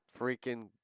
freaking